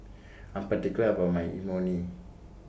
I'm particular about My Imoni